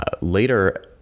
Later